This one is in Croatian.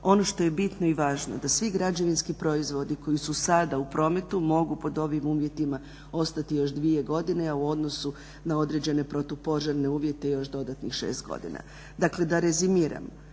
Ono što je bitno i važno da svi građevinski proizvodi koji su sada u prometu mogu pod ovim uvjetima ostati još 2 godine, a u odnosu na određene protupožarne uvjete još dodatnih 6 godina. Dakle da rezimiramo,